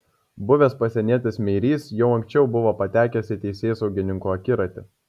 buvęs pasienietis meirys jau anksčiau buvo patekęs į teisėsaugininkų akiratį